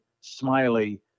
Smiley